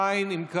אין.